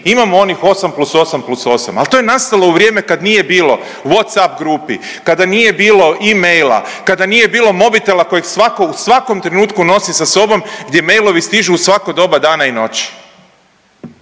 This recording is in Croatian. imao onih 8+8+8, ali to je nastalo u vrijeme kad nije bilo Whatsapp grupi, kada nije bilo e-maila, kada nije bilo mobitela kojeg svatko u svakom trenutku nosi sa sobom gdje mailovi stižu u svako doba dana i noći.